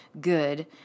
good